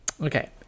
Okay